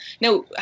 Now